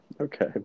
Okay